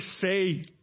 say